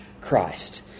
christ